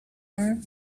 arm